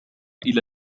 إلى